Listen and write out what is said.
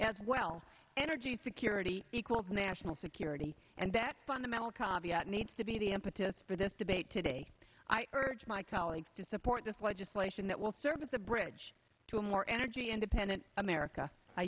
as well energy security equals national security and that fundamental cobb needs to be the impetus for this debate today i urge my colleagues to support this legislation that will serve as a bridge to a more energy independent america